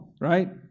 right